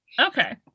okay